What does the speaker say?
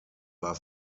war